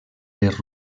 les